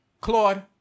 Claude